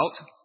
out